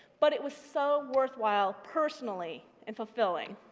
but it was so worthwhile personally and fulfilling.